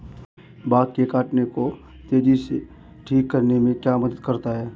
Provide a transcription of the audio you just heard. Bug के काटने को तेजी से ठीक करने में क्या मदद करता है?